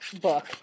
book